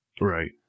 Right